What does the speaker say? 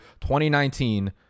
2019